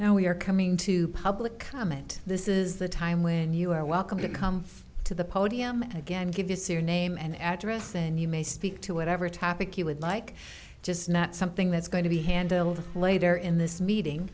now we are coming to public comment this is the time when you are welcome to come to the podium and again give this era name and address and you may speak to whatever topic you would like just not something that's going to be handled later in this meeting